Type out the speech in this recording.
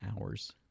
hours